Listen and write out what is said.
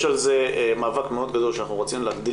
יש על זה מאבק מאוד גדול שאנחנו רוצים להגדיל